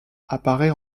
apparaît